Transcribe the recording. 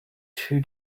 two